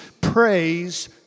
praise